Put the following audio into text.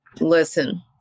Listen